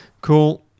Cool